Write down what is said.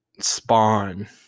Spawn